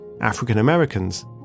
African-Americans